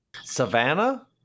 Savannah